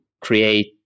create